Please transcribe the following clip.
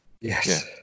yes